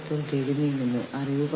അത് എന്താണെന്ന് നമുക്കറിയില്ല